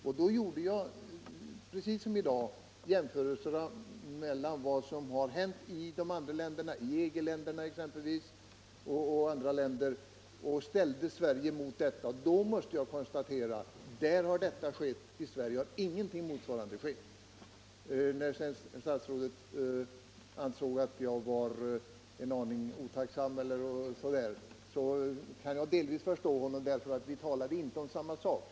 Precis som i dag gjorde jag jämförelser mellan vad som har hänt i de andra länderna, exempelvis EG-länderna, och vad som har hänt i Sverige. Då måste jag konstatera att i dessa andra länder har detta skett, i Sverige har ingenting motsvarande skett. När statsrådet ansåg att jag var en aning otacksam, kan jag delvis förstå honom därför att vi inte talade om samma sak.